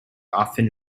often